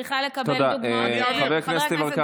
תודה, חבר הכנסת יברקן.